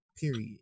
Period